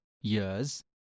years